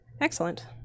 Excellent